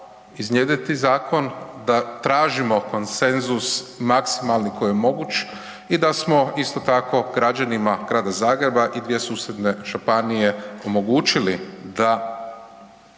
iznjedriti zakon, da tražimo konsenzus maksimalni koji je moguć i da smo isto tako građanima Grada Zagreba i 2 susjedne županije omogućili da